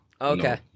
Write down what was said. Okay